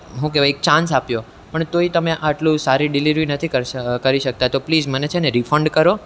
હું કહેવાય એક ચાંસ આપ્યો પણ તોય તમે આટલું સારું ડિલેવરી નથી કરી શકતા તો પ્લીઝ મને છે ને રિફંડ કરો